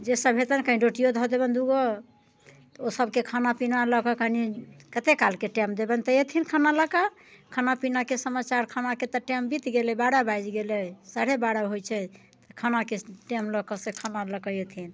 जे सभ हेतनि कनि रोटिओ धऽ देबनि दूगो तऽ ओसभके खाना पीना लऽकऽ कनि कतेक कालके टाइम देबनि तऽ अयथिन खाना लऽकऽ खाना पीनाके समाचार खानाके तऽ टाइम बीत गेलै बारह बजि गेलै साढ़े बारह होइत छै खानाके तऽ टाइम लऽकऽ से खाना लऽकऽ अयथिन